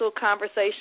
conversation